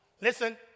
Listen